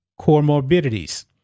comorbidities